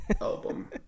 album